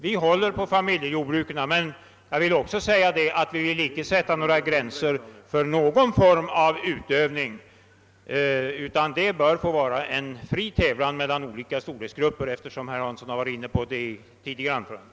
Vi vill stödja familjejordbruken, men jag önskar också framhålla, att vi inte vill sätta några gränser för någon form av jordbruk, utan det bör få vara fri tävlan mellan jordbruk av olika storlek. Jag vill understryka detta eftersom herr Hansson berörde saken i ett tidigare anförande.